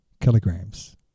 kilograms